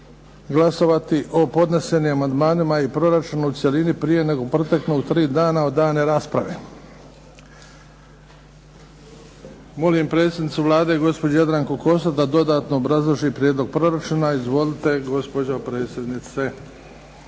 glasovati o podnesenim amandmanima i proračunu u cjelini prije nego proteknu tri dana od dana rasprave. Molim predsjednicu Vlade, gospođu Jadranku Kosor, da dodatno obrazloži prijedlog proračuna. Izvolite, gospođo predsjednice.